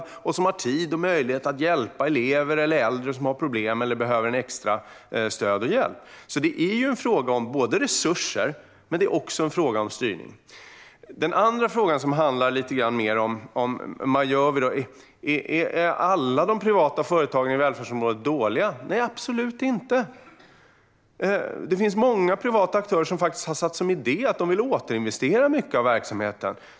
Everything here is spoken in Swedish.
Det är människor som har tid och möjlighet att hjälpa elever eller äldre som har problem eller behöver extra stöd och hjälp. Det är fråga om resurser men också om styrning. En annan fråga handlar om huruvida alla privata företag inom välfärdsområdet är dåliga. Nej, absolut inte. Det finns många privata aktörer som har som idé att de vill återinvestera mycket av verksamheten.